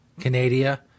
Canada